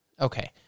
okay